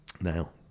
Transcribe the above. Now